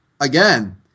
again